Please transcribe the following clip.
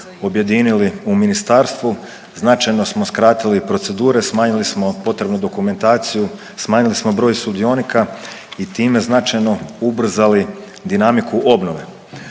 objedinili u ministarstvu. Značajno smo skratili procedure, smanjili smo potrebnu dokumentaciju, smanjili smo broj sudionika i time značajno ubrzali dinamiku obnove.